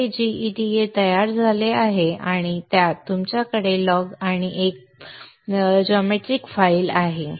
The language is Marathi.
gEDA तयार झाले आहे आणि त्यात तुमच्याकडे लॉग आणि एक भूमिती फाइल आहे